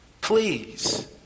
Please